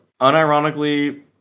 unironically